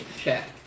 check